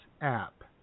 app